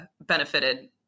benefited